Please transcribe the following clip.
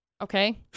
Okay